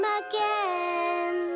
again